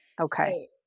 Okay